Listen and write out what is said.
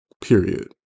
period